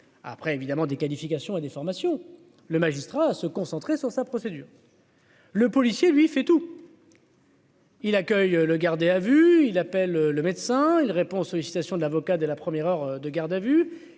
d'après, évidemment, des qualifications et des formations, le magistrat se concentrer sur sa procédure. Le policier lui fait tout. Il accueille le gardé à vue, il appelle le médecin, il répond aux sollicitations de l'avocat dès la première heure de garde à vue,